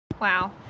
Wow